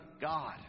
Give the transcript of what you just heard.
God